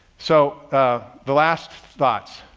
so the last thoughts,